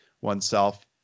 oneself